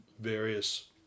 various